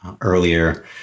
earlier